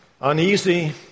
Uneasy